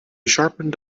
sharpened